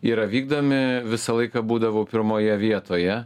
yra vykdomi visą laiką būdavau pirmoje vietoje